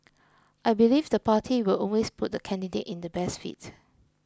I believe the party will always put the candidate in the best fit